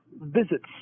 visits